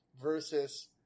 versus